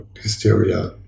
hysteria